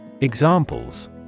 Examples